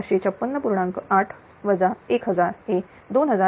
8 1000 हे 2556